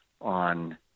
on